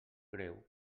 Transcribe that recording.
greu